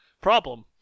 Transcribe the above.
Problem